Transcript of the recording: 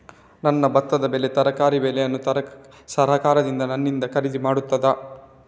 ನನ್ನ ಭತ್ತದ ಬೆಳೆ, ತರಕಾರಿ ಬೆಳೆಯನ್ನು ಸರಕಾರ ನನ್ನಿಂದ ಖರೀದಿ ಮಾಡುತ್ತದಾ?